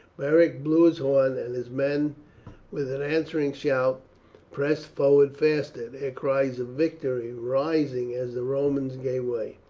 beric blew his horn, and his men with an answering shout pressed forward faster, their cries of victory rising as the romans gave way.